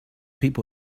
people